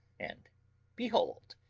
and behold,